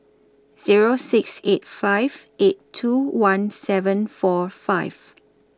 Zero six eight five eight two one seven four five